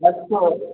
अस्तु